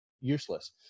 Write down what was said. useless